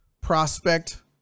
prospect